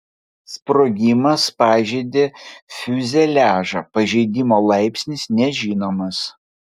sprogimas pažeidė fiuzeliažą pažeidimo laipsnis nežinomas